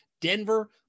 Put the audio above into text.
Denver